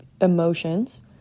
emotions